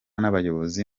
n’abayobozi